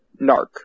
narc